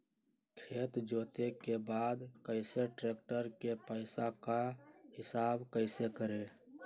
खेत जोते के बाद कैसे ट्रैक्टर के पैसा का हिसाब कैसे करें?